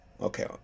okay